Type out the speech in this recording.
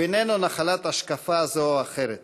הוא איננו נחלת השקפה זו או אחרת.